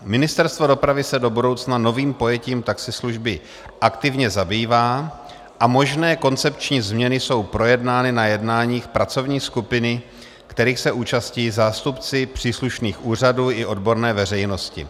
Ministerstvo dopravy se do budoucna novým pojetím taxislužby aktivně zabývá a možné koncepční změny jsou projednány na jednáních pracovní skupiny, kterých se účastní zástupci příslušných úřadů i odborné veřejnosti.